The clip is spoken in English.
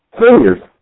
seniors